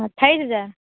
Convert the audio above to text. अट्ठाईस हजार